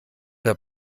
der